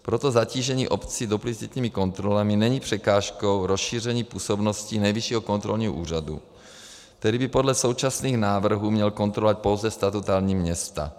Proto zatížení obcí duplicitními kontrolami není překážkou rozšíření působnosti Nejvyššího kontrolního úřadu, který by podle současných návrhů měl kontrolovat pouze statutární města.